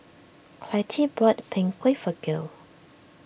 Clytie bought Png Kueh for Gail